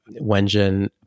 Wenjin